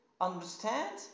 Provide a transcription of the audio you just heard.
understand